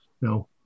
No